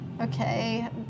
Okay